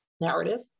narrative